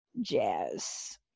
jazz